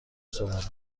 صحبت